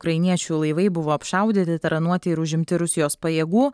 ukrainiečių laivai buvo apšaudyti taranuoti ir užimti rusijos pajėgų